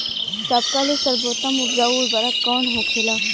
सबका ले सर्वोत्तम उपजाऊ उर्वरक कवन होखेला?